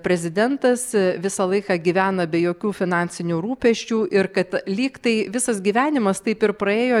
prezidentas visą laiką gyvena be jokių finansinių rūpesčių ir kad lyg tai visas gyvenimas taip ir praėjo